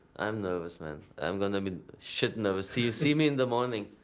i'm nervous man. i'm gonna be shit nervous, see see me in the morning.